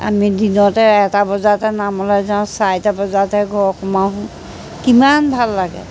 আমি দিনতে এটা বজাৰতে নামলৈ যাওঁ চাৰিটা বজাৰতে ঘৰ সোমাওঁহি কিমান ভাল লাগে